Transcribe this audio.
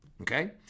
Okay